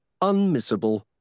Unmissable